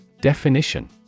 Definition